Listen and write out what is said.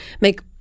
make